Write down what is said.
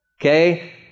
okay